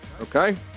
Okay